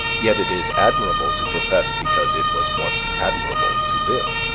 yet it is admirable to profess because it was once admirable to live.